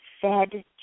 fed